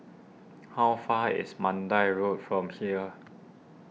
how far is Mandai Road from here